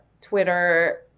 Twitter